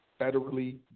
federally